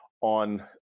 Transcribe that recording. on